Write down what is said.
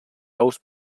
aus